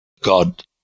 God